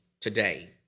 today